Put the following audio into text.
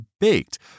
baked